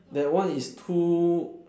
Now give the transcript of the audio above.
that one is too